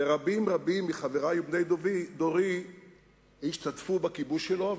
ורבים רבים מחברי ובני דורי השתתפו בכיבוש שלו,